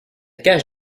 cage